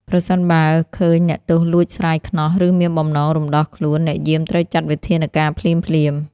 ប្រសិនបើឃើញអ្នកទោសលួចស្រាយខ្នោះ ឬមានបំណងរំដោះខ្លួន អ្នកយាមត្រូវចាត់វិធានការភ្លាមៗ។